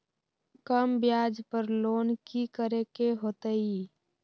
कम ब्याज पर लोन की करे के होतई?